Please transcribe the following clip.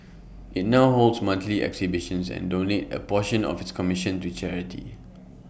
IT now holds monthly exhibitions and donates A portion of its commission to charity